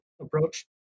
approach